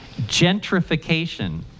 gentrification